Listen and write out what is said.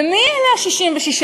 ומי אלה ה-66%?